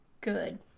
Good